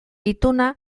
ituna